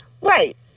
Right